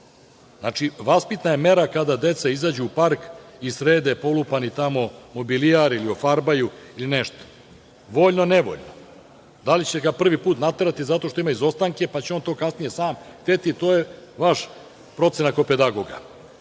Znači, vaspitna je mera kada deca izađu u park i srede polupani tamo mobilijar ili ofarbaju nešto, voljno ili nevoljno. Da li će ga prvi put naterati zato što ima izostanke, pa će on to kasnije sam hteti, to je vaša procena kao pedagoga.